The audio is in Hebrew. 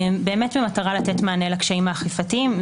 במטרה לתת מענה לקשיים האכיפתיים.